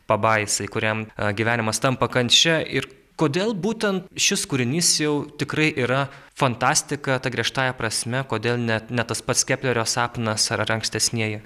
pabaisai kuriam gyvenimas tampa kančia ir kodėl būtent šis kūrinys jau tikrai yra fantastika ta griežtąja prasme kodėl net ne tas pats keplerio sapnas ar ar ankstesnieji